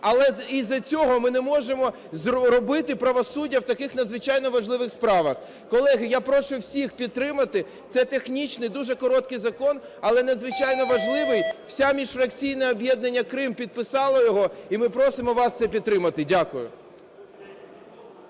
але із-за цього ми не можемо робити правосуддя в таких надзвичайно важливих справах. Колеги, я прошу всіх підтримати. Це технічний, дуже короткий закон, але надзвичайно важливий. Все міжфракційне об'єднання Крим підписало його, і ми просимо вас це підтримати. Дякую.